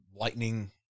lightning